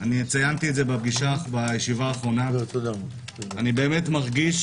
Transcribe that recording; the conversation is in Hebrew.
צייתי בישיבה האחרונה אני באמת מרגיש